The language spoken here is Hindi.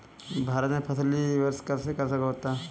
भारत में फसली वर्ष कब से कब तक होता है?